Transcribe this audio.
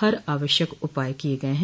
हर आवश्यक उपाय किये गये हैं